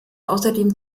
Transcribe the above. außerdem